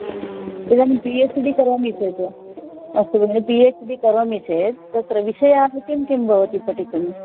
इदानीं P H D करोमि चेत् अस्तु भगिनि पि एच् डि करोमि चेत् तत्र विषयाः किं किं भवन्ति पठितुम्